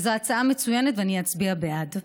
זו הצעה מצוינת, ואני אצביע בעד.